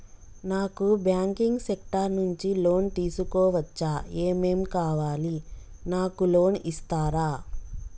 నాకు banking sector నుంచి loan తీసుకోవచ్చా? ఏమేం కావాలి? నాకు లోన్ ఇస్తారా?